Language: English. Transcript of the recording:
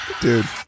Dude